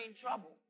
trouble